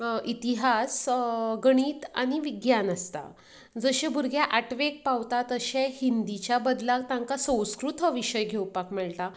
इतिहास गणित आनी विज्ञान आसता जशें भुरगें आठवेक पावता तशें हिंदीच्या बदला तांकां संस्कृत हो विशय घेवपाक मेळटा